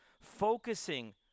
Focusing